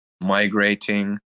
migrating